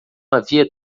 havia